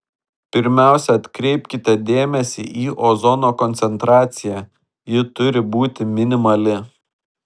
pirmiausia atkreipkite dėmesį į ozono koncentraciją ji turi būti minimali